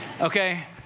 okay